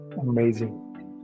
Amazing